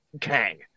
Kang